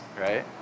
right